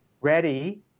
ready